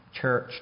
church